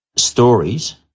Stories